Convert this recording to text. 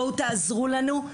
בואו תעזרו לנו,